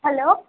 hello